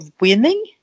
winning